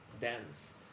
dance